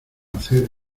hacer